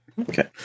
Okay